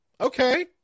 Okay